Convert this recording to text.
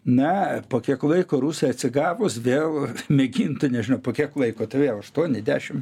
na po kiek laiko rusai atsigavus vėl mėgintų nežinau po kiek laiko tai vėl aštuoni dešim